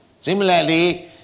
Similarly